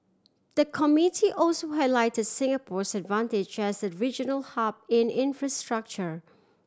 the committee also highlighted Singapore's advantage as a regional hub in infrastructure